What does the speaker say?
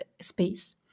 space